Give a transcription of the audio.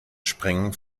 sprengung